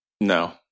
No